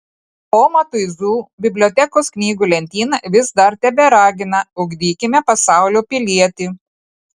o matuizų bibliotekos knygų lentyna vis dar teberagina ugdykime pasaulio pilietį